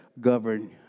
govern